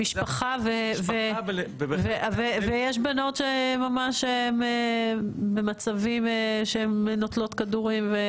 ומשפחה, ויש בנות שממש במצבים שהן נוטלות כדורים ?